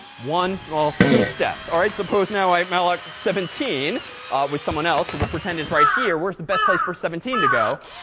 one well, two steps. all right. suppose now, i malloc seventeen with someone else, who'll we'll but pretend is right here. where's the best place for seventeen to go?